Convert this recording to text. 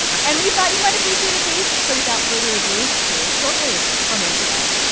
and we thought you might appreciate a taste, so without further ado, here is short wave from npr